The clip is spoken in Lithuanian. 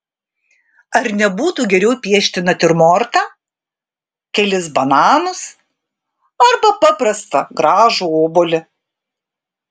ar nebūtų geriau piešti natiurmortą kelis bananus arba paprastą gražų obuolį